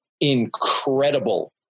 incredible